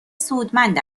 سودمند